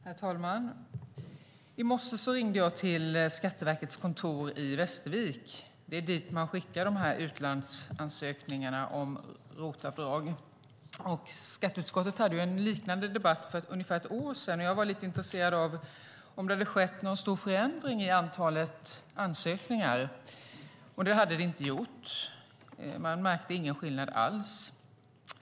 Herr talman! I morse ringde jag till Skatteverkets kontor i Västervik. Det är dit man skickar utlandsansökningarna om ROT-avdrag. Skatteutskottet hade en liknande debatt för ungefär ett år sedan, och jag var lite intresserad av om det hade skett någon stor förändring i antalet ansökningar. Det hade det inte gjort; man märkte ingen skillnad alls.